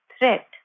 threat